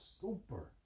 super